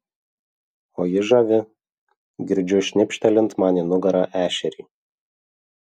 o ji žavi girdžiu šnipštelint man į nugarą ešerį